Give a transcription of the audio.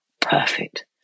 Perfect